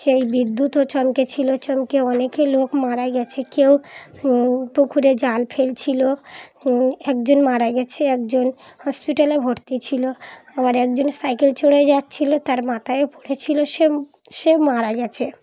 সেই বিদ্যুৎও চমকেছিলো চমকে অনেকে লোক মারা গেছে কেউ পুকুরে জাল ফেলছিলো একজন মারা গিয়েছে একজন হসপিটালে ভর্তি ছিল আবার একজন সাইকেল চড়ে যাচ্ছিলো তার মাথায়ও পড়েছিল সে সে মারা গিয়েছে